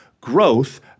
growth